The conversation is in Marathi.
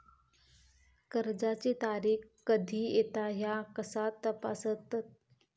कर्जाची तारीख कधी येता ह्या कसा तपासतत?